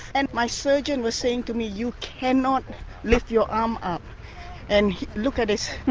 and my surgeon was saying to me you cannot lift your arm up and look at us,